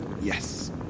yes